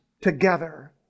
together